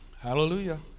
Hallelujah